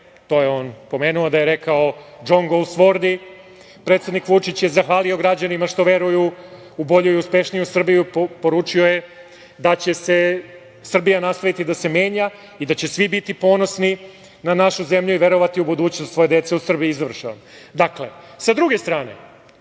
to je on pomenuo da je rekao Džon Golsvordi. Predsednik Vučić je zahvalio građanima što veruju u bolju i uspešniju Srbiju. Poručio je da će Srbija nastaviti da se menja i da će svi biti ponosni na našu zemlju i verovati u budućnost svoje dece u Srbiji. I završavam. Dakle, sa druge strane,